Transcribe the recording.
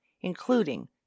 including